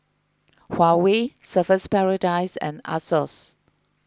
Huawei Surfer's Paradise and Asos